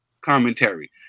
commentary